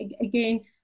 again